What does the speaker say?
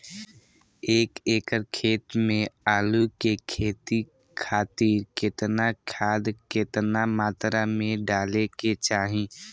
एक एकड़ खेत मे आलू के खेती खातिर केतना खाद केतना मात्रा मे डाले के चाही?